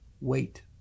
Wait